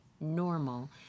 normal